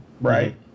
right